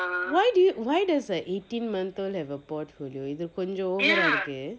why do you why does an eighteen month old have a portfolio இது கொஞ்சம்:ithu konjam over ah இருக்கு:irukku